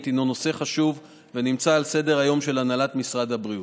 הוא נושא חשוב ונמצא על סדר-היום של הנהלת משרד הבריאות.